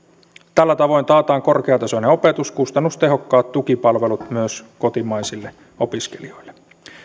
tällä tavoin taataan korkeatasoinen opetus ja kustannustehokkaat tukipalvelut myös kotimaisille opiskelijoille